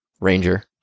ranger